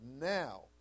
now